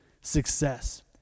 success